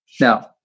Now